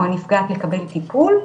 או הנפגעת לקבל טיפול,